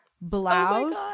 blouse